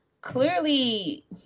clearly